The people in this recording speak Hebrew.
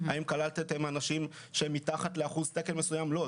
האם הם כללו אנשים שעובדים מתחת לאחוז תקן מסוים לא.